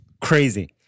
Crazy